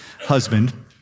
husband